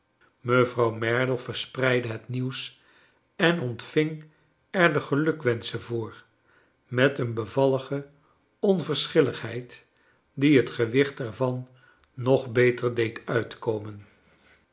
mevrouw merdle verspreidde hot nieuws en ontving er de gelukwenschen voor met een bevallige onverschilligheid die het gewicht er van nog beter deed uitkomen